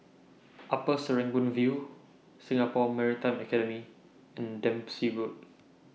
Upper Serangoon View Singapore Maritime Academy and Dempsey Road